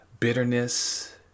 Bitterness